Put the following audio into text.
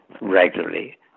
regularly